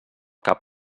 cap